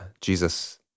Jesus